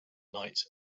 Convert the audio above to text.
night